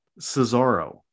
Cesaro